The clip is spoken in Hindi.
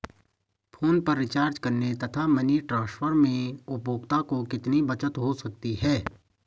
फोन पर रिचार्ज करने तथा मनी ट्रांसफर में उपभोक्ता को कितनी बचत हो सकती है?